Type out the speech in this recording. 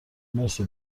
مرسی